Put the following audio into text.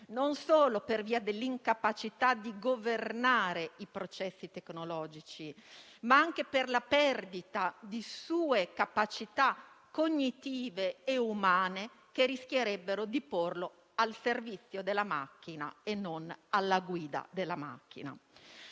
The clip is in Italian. non solo per via dell'incapacità di governare i processi tecnologici, ma anche per la perdita di sue capacità cognitive e umane che rischierebbero di porlo al servizio della macchina e non alla guida della macchina.